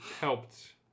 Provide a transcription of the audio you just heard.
helped